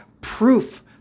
proof